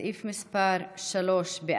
סעיף 3 נתקבל.